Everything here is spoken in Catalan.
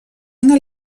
una